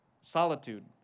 solitude